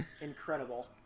incredible